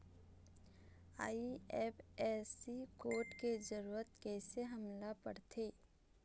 IFSC code के जरूरत कैसे हमन ला पड़थे?